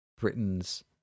Britain's